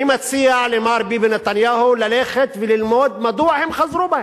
אני מציע למר בנימין נתניהו ללכת וללמוד מדוע הם חזרו בהם,